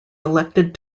elected